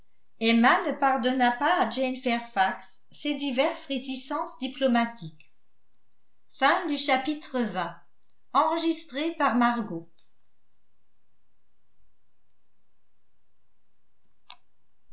emma ne pardonna pas à jane fairfax ces diverses réticences diplomatiques